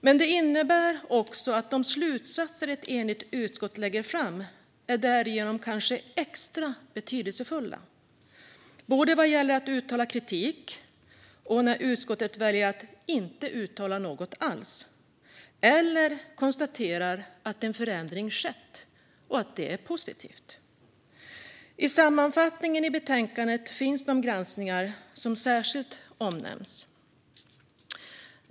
Men det innebär kanske också att de slutsatser som ett enigt utskott lägger fram är extra betydelsefulla, både när utskottet uttalar kritik och när utskottet väljer att inte uttala något alls eller konstaterar att en förändring skett och att det är positivt. I sammanfattningen i betänkandet finns de granskningar som särskilt omnämns.